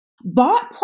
bought